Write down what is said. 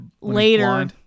later